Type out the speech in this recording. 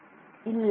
மாணவர் இல்லை